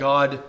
God